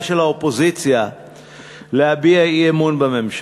של האופוזיציה להביע אי-אמון בממשלה,